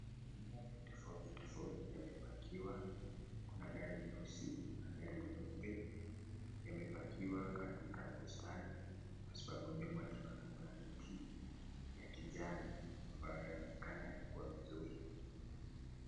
Magari tofauti tofauti yamepakiwa, kuna gari nyeusi na gari nyeupe ,yamepakiwa katika bustani kwa sababu nyuma tunaona kuna miti ya kijani ambayo yanaonekana kwa vizuri.